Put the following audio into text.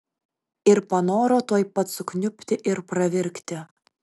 ir panoro tuoj pat sukniubti ir pravirkti